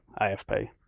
AFP